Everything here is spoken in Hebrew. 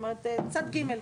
כלומר, צד ג'.